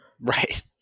Right